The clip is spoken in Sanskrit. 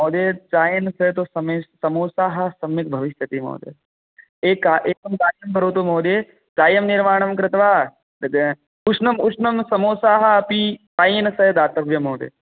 महोदय चायेन सह तु समे समोसाः सम्यक् भविष्यति महोदय एक एकं कार्यं करोतु महोदय चायं निर्माणं कृत्वा तद् उष्णम् उष्णं समोसाः अपि चायेन सह दातव्यं महोदय